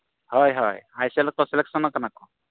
ᱦᱳᱭ ᱦᱳᱭ ᱟᱭᱮᱥᱮᱞ ᱨᱮᱠᱚ ᱥᱤᱞᱮᱠᱥᱚᱱᱟᱠᱟᱱᱟ ᱠᱚ